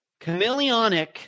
chameleonic